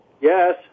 Yes